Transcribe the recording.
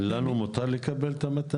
מותר לנו לקבל את המתנה?